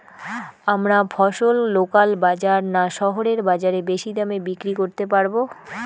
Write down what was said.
আমরা ফসল লোকাল বাজার না শহরের বাজারে বেশি দামে বিক্রি করতে পারবো?